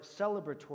celebratory